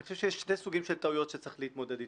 אני חושב שיש שני סוגים של טעויות שצריך להתמודד איתם.